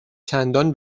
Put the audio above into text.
چندان